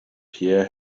pierre